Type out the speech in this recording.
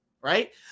right